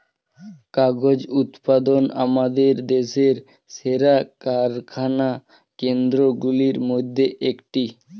কাগজ উৎপাদন আমাদের দেশের সেরা কারখানা কেন্দ্রগুলির মধ্যে একটি